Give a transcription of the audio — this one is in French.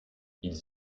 ils